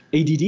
ADD